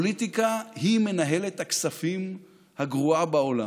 פוליטיקה היא מנהלת הכספים הגרועה בעולם.